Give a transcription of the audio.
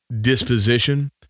disposition